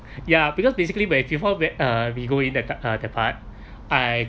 ya because basically where before where uh we go in uh that part I